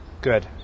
Good